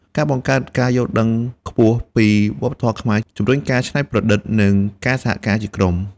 ការបង្កើតការយល់ដឹងខ្ពស់ពីវប្បធម៌ខ្មែរ ជំរុញការច្នៃប្រឌិត និងការសហការជាក្រុម។